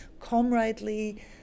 comradely